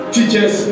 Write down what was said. Teachers